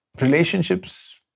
relationships